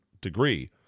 degree